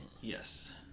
Yes